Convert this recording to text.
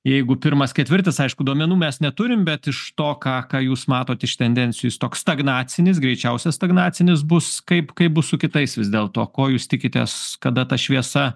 jeigu pirmas ketvirtis aišku duomenų mes neturim bet iš to ką ką jūs matot iš tendencijų jis toks stagnacinis greičiausiai stagnacinis bus kaip kaip bus su kitais vis dėlto ko jūs tikitės kada ta šviesa